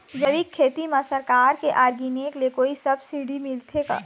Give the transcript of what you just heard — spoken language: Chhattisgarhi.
जैविक खेती म सरकार के ऑर्गेनिक ले कोई सब्सिडी मिलथे का?